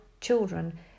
children